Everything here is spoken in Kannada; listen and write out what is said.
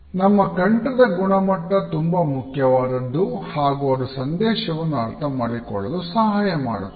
ನಮ್ಮ ಕಂಠದ ಗುಣಮಟ್ಟ ತುಂಬಾ ಮುಖ್ಯವಾದದ್ದು ಹಾಗು ಅದು ಸಂದೇಶವನ್ನು ಅರ್ಥ ಮಾಡಿಕೊಳ್ಳಲು ಸಹಾಯ ಮಾಡುತ್ತದೆ